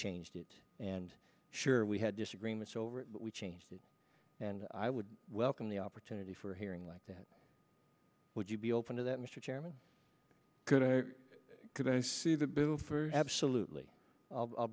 changed it and sure we had disagreements over it but we changed it and i would welcome the opportunity for hearing like that would you be open to that mr chairman could i could i see the bill for absolutely i'll